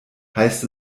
heißt